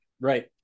Right